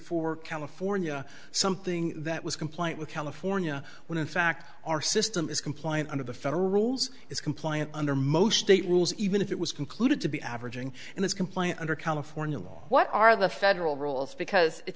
for california something that was compliant with california when in fact our system is compliant under the federal rules is compliant under most state rules even if it was concluded to be averaging in this complaint under california law what are the federal rules because it